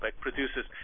producers